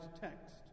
text